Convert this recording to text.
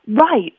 Right